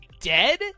dead